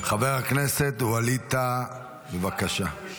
חבר הכנסת ווליד טאהא, בבקשה.